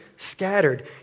Scattered